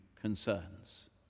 concerns